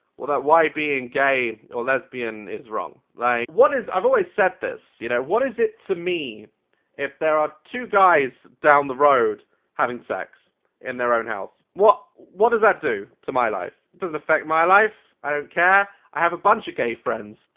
well that why being gay or lesbian is wrong. like. what is i've always said this you know what is it to me if there are two guys down the road having sex in their own house? what what does that do to my life it doesn't affect my life. i don't care. i have a bunch of gay friends.